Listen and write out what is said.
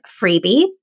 freebie